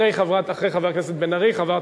בבקשה, חבר הכנסת בן-ארי.